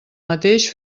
mateix